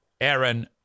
Aaron